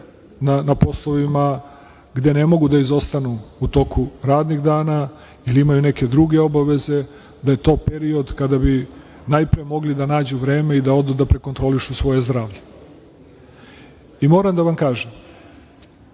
na poslovima gde ne mogu da izostanu u toku radnih dana ili imaju neke druge obaveze, da je to period kada bi najpre mogli da nađu vreme i da odu da prekontrolišu svoje zdravlje. Moram da vam kažem